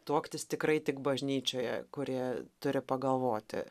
tuoktis tikrai tik bažnyčioje kurie turi pagalvoti